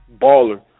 Baller